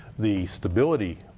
the stability